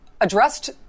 addressed